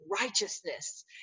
righteousness